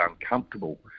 uncomfortable